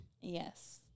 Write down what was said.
Yes